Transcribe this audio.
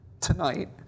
tonight